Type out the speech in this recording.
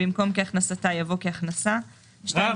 במקום "כהכנסתה" יבוא "כהכנסה"; בסעיף